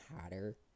hotter